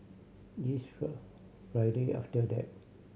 this Friday after that